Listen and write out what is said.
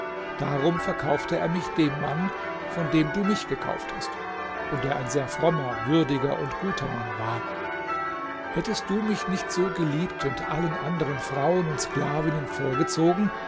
darum verkaufte er mich dem mann von dem du mich gekauft hast und der ein sehr frommer würdiger und guter mann war hättest du mich nicht so geliebt und allen anderen frauen und sklavinnen vorgezogen